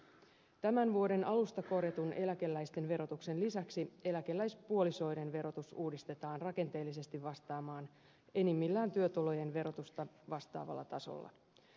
tämän vuoden alusta korjatun eläkeläisten verotuksen lisäksi eläkeläispuolisoiden verotus uudistetaan rakenteellisesti vastaamaan enimmillään työtulojen verotusta vastaavalla tasolla